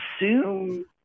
assume